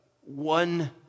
one